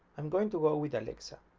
i'm going to go with alexa